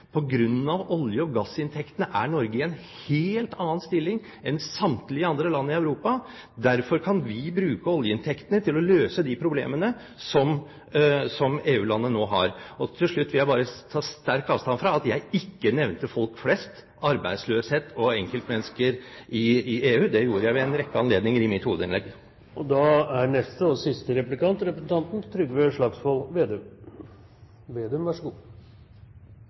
olje- og gassinntektene er Norge i en helt annen stilling enn samtlige andre land i Europa. Derfor kan vi bruke oljeinntektene til å løse de problemene som EU-landene nå har. Til slutt vil jeg bare ta sterkt avstand fra at jeg ikke nevnte folk flest, arbeidsløshet og enkeltmennesker i EU. Det gjorde jeg ved en rekke anledninger i mitt hovedinnlegg. Under replikkordskiftet til komiteens leder sa hun på vegne av Høyres stortingsgruppe at Høyre så